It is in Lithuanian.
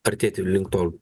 artėti link to